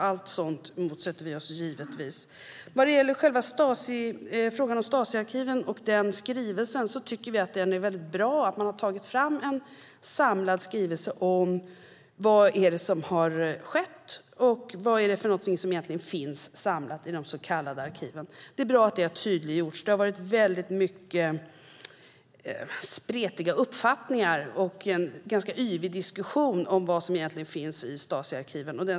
Allt sådant motsätter vi oss givetvis. När det gäller frågan om Stasiarkiven och skrivelsen tycker vi att det är bra att man har tagit fram en samlad skrivelse om vad det är som har skett och vad som egentligen finns samlat i de så kallade arkiven. Det är bra att det har tydliggjorts. Det har varit många spretiga uppfattningar och en ganska yvig diskussion om vad som egentligen finns i Stasiarkiven.